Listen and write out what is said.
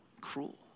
cruel